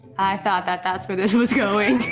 i thought that that's where this was going.